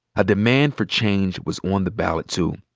a demand for change was on the ballot, too.